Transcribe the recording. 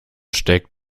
steckt